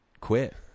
quit